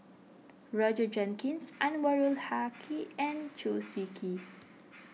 Roger Jenkins Anwarul Haque and Chew Swee Kee